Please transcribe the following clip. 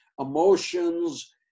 emotions